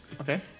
Okay